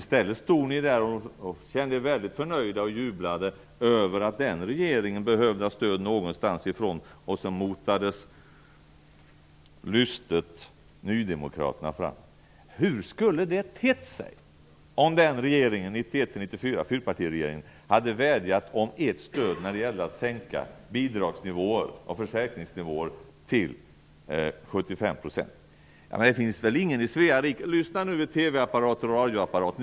I stället stod ni där och kände er väldigt förnöjda och jublade över att den borgerliga regeringen behövde stöd någonstans ifrån, och så motades lystet nydemokraterna fram. Hur skulle det ha tett sig om fyrpartiregeringen hade vädjat om ert stöd när det gällde att sänka bidragsnivåer och försäkringsnivåer till 75 %? Lyssna nu vid TV-apparater och radioapparater!